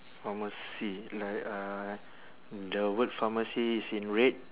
pharmacy like uh the word pharmacy is in red